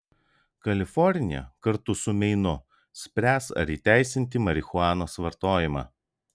kalifornija kartu su meinu spręs ar įteisinti marihuanos vartojimą